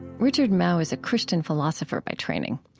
richard mouw is a christian philosopher by training.